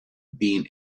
been